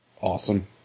Awesome